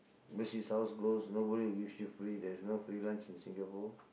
this is how it goes nobody will give you free there's no free lunch in Singapore